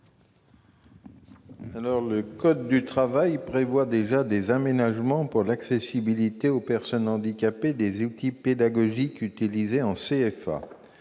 ? Le code du travail prévoit déjà des aménagements pour l'accessibilité aux personnes handicapées des outils pédagogiques utilisés en CFA.